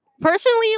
Personally